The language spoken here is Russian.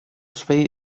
свои